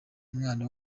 umwana